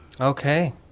Okay